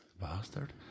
Bastard